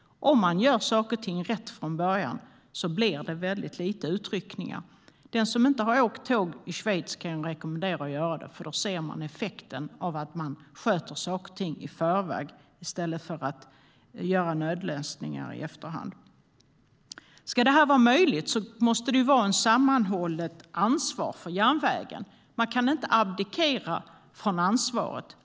Om man gör saker och ting rätt från början blir det väldigt lite utryckningar. Den som inte har åkt tåg i Schweiz kan jag rekommendera att göra det, för där ser man effekten av att sköta saker och ting i förväg i stället för att göra nödlösningar i efterhand. Ska det här vara möjligt måste det finnas ett sammanhållet ansvar för järnvägen. Man kan inte abdikera från ansvaret.